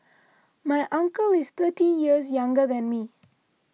my uncle is thirty years younger than me